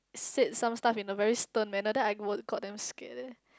said some stuff in a very stern manner then I were got damn scared leh